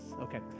okay